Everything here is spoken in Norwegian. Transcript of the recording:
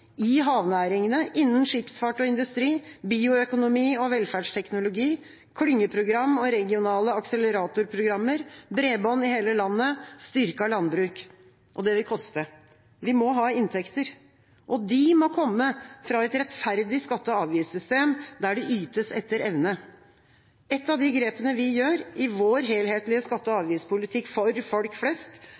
i havnæringene, innen skipsfart og industri, bioøkonomi og velferdsteknologi, klyngeprogram og regionale akseleratorprogrammer, bredbånd i hele landet, styrket landbruk. Det vil koste. Vi må ha inntekter. De må komme fra et rettferdig skatte- og avgiftssystem, der det ytes etter evne. Ett av de grepene vi gjør i vår helhetlige skatte- og avgiftspolitikk for folk flest,